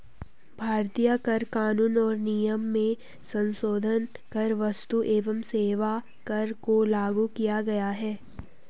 भारतीय कर कानून और नियम में संसोधन कर क्स्तु एवं सेवा कर को लागू किया गया है